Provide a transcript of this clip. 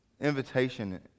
Invitation